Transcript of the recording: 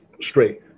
straight